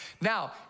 Now